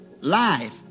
life